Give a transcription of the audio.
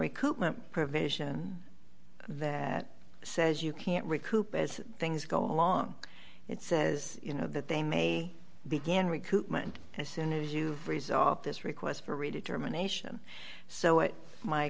recoupment provision that says you can't recoup as things go along it says you know that they may begin recoupment as soon as you've resolved this request for a determination so it my